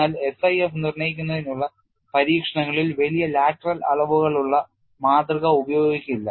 എന്നാൽ SIF നിർണ്ണയിക്കുന്നതിനുള്ള പരീക്ഷണങ്ങളിൽ വലിയ ലാറ്ററൽ അളവുകളുള്ള മാതൃക ഉപയോഗിക്കില്ല